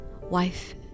wife